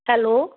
hello